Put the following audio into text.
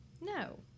No